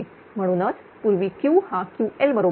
म्हणूनच पूर्वी Q हा Ql बरोबर होता